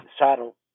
saddle